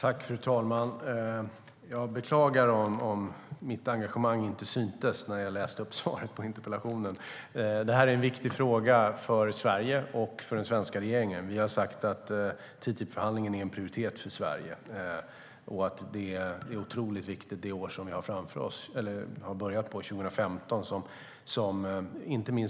Fru talman! Jag beklagar om mitt engagemang inte syntes när jag läste upp svaret på interpellationen. Det är en viktig fråga för Sverige och den svenska regeringen. Vi har sagt att TTIP-förhandlingen är en prioritet för Sverige och att 2015 är ett viktigt år.